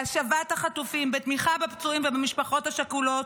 בהשבת החטופים, בתמיכה בפצועים ובמשפחות השכולות,